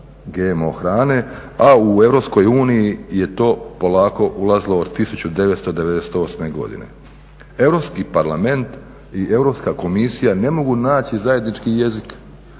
a u EU je to polako ulazilo od 1998. godine. Europski parlament i Europska komisija ne mogu naći zajednički jezik.